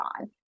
on